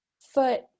foot